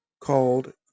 called